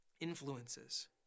influences